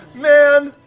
man,